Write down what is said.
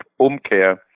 Umkehr